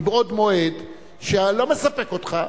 מבעוד מועד שלא מספק אותך,